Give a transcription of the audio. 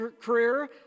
career